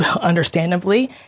Understandably